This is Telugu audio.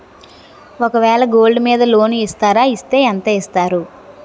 ఒక వేల గోల్డ్ మీద లోన్ ఇస్తారా? ఇస్తే ఎంత ఇస్తారు?